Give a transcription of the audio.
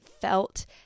felt